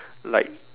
like